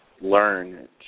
learn